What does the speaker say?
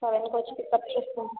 సెవెన్కి వచ్చి పికప్ చేసుకోండీ